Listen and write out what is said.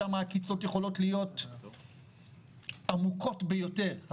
כי שם העקיצות יכולות להיות עמוקות ביותר,